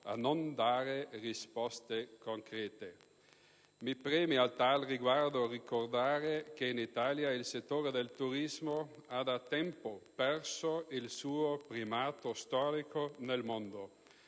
a non dare risposte concrete. Mi preme, a tale riguardo, ricordare che in Italia il settore del turismo ha da tempo perso il suo primato storico nel mondo.